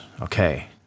okay